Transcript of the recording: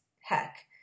heck